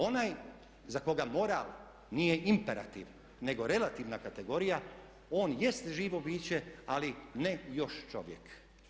Onaj za koga moral nije imperativ nego relativna kategorija on jest živo biće ali ne još čovjek.